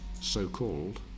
so-called